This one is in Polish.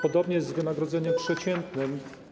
Podobnie jest z wynagrodzeniem przeciętnym.